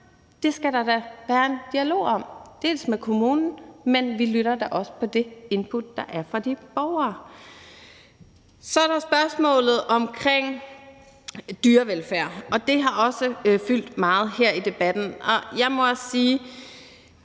Det skal der være en dialog om, både med kommunen, men vi lytter da også til det input, der er fra de borgere. Kl. 13:45 Så er der spørgsmålet omkring dyrevelfærd, og det har også fyldt meget her i debatten. Der er noget,